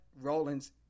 Rollins